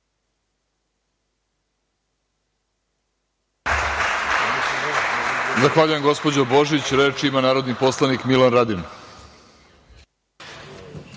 Hvala